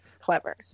clever